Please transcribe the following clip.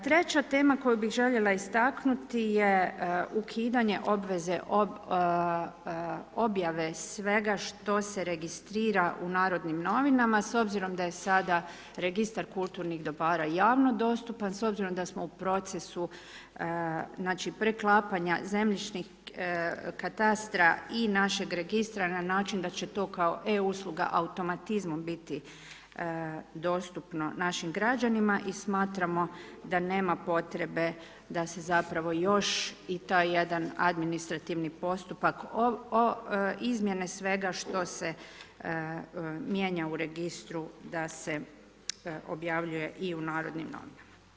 Treća tema koju bih željela istaknuti je ukidanje obveze objave svega što se registrira u Narodnim novinama, s obzirom da je sada Registar kulturnih dobara javno dostupan s obzirom da smo u procesu znači, preklapanja zemljišnih katastra i našeg Registra na način da će to kao E usluga automatizmom biti dostupno našim građanima i smatramo da nema potrebe da se zapravo još i taj jedan administrativni postupak izmjene svega što se mijenja u Registru, da se objavljuje i u Narodnim Novinama.